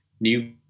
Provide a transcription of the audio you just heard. new